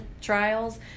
trials